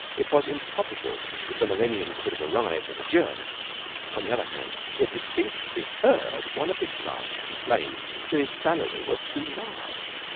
it was improbable that the millennium could have arrived with a jerk on the other hand, he had distinctly heard one of his clerks complain that his salary was too large.